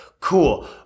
Cool